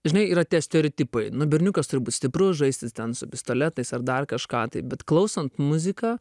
žinai yra tie stereotipai nu berniukas turi būt stiprus žaisti ten su pistoletais ar dar kažką tai bet klausant muziką